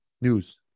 news